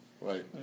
Right